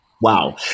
Wow